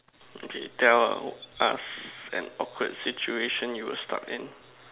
okay tell us an awkward situation you were stuck in